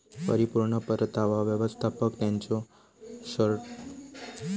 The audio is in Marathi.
परिपूर्ण परतावा व्यवस्थापक त्यांच्यो शॉर्ट सेलिंगच्यो वापराद्वारा वैशिष्ट्यीकृत आसतत